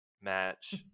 match